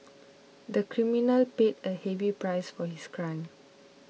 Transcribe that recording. the criminal paid a heavy price for his crime